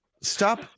stop